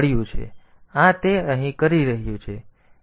તેથી આ તે અહીં કરી રહ્યું છે